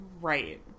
Right